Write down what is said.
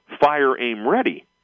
fire-aim-ready